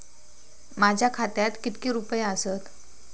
माझ्या खात्यात कितके रुपये आसत?